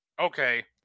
okay